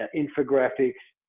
ah infographics,